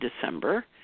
December